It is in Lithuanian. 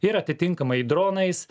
ir atitinkamai dronais